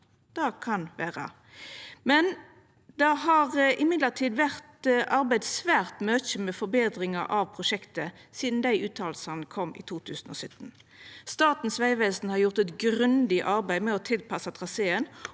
det kan vera, men det har likevel vore arbeidd svært mykje med forbetringar av prosjektet sidan dei uttalane kom i 2017. Statens vegvesen har gjort eit grundig arbeid med å tilpassa traseen